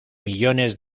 millones